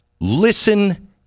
listen